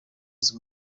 uzi